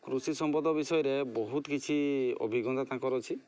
କୃଷି ସମ୍ପଦ ବିଷୟରେ ବହୁତ କିଛି ଅଭିଜ୍ଞତା ତାଙ୍କର ଅଛି